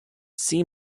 sea